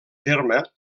terme